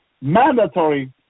mandatory